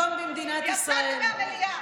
אולי אפילו יותר מ-40 שנה הליכוד בשלטון במדינת ישראל.